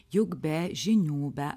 juk be žinių be